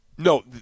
No